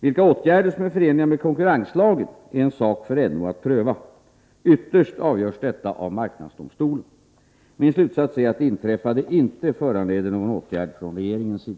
Vilka åtgärder som är förenliga med konkurrenslagen är en sak för NO att pröva. Ytterst avgörs detta av marknadsdomstolen. Min slutsats är att det inträffade inte föranleder någon åtgärd från regeringens sida.